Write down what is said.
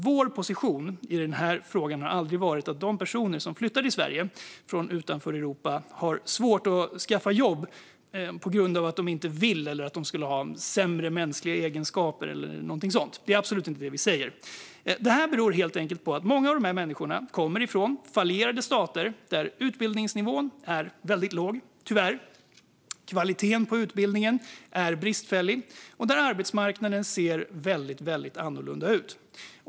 Vår position i denna fråga har aldrig varit att de personer som flyttar till Sverige från utanför Europa har svårt att skaffa jobb på grund av att de inte vill eller att de skulle ha sämre mänskliga egenskaper eller så. Det är absolut inte det vi säger. Detta beror helt enkelt på att många av dessa människor kommer från fallerade stater där utbildningsnivån tyvärr är väldigt låg, utbildningskvaliteten är bristfällig och arbetsmarknaden ser väldigt annorlunda ut.